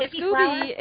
Scooby